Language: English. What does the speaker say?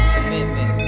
commitment